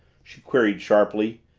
she queried sharply.